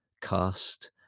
cast